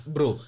Bro